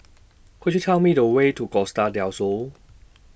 Could YOU Tell Me The Way to Costa Del Sol